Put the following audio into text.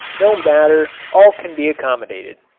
no matter, all can be accommodated.